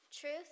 Truth